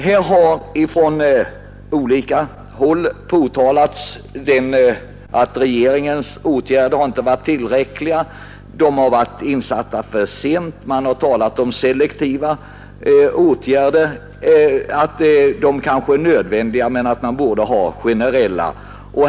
Här har ifrån olika håll påtalats att regeringens åtgärder inte har varit tillräckliga, de har varit insatta för sent och man har talat om att selektiva åtgärder kanske är nödvändiga men att man borde tillgripa generella åtgärder.